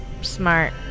smart